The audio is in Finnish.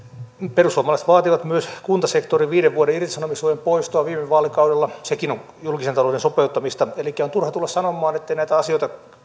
perussuomalaiset vaativat myös kuntasektorin viiden vuoden irtisanomissuojan poistoa viime vaalikaudella sekin on julkisen talouden sopeuttamista elikkä on turha tulla sanomaan ettei näitä asioita